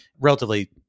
relatively